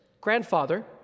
grandfather